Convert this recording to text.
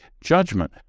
judgment